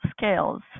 scales